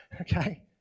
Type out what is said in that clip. okay